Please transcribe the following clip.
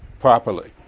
properly